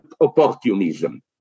opportunism